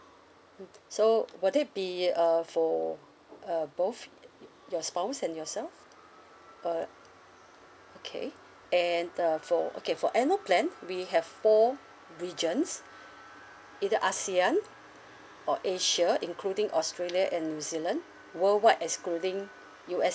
mm so would it be uh for uh both your spouse and yourself uh okay and uh for okay for annual plan we have four regions either ASEAN or asia including australia and new zealand worldwide excluding U_S_A